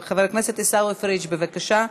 חבר הכנסת עיסאווי פריג', בבקשה.